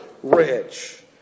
rich